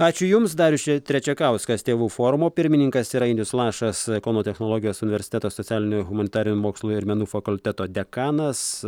ačiū jums darius trečiakauskas tėvų forumo pirmininkas ir ainius lašas kauno technologijos universiteto socialinių humanitarinių mokslų ir menų fakulteto dekanas